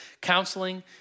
counseling